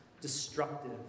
destructive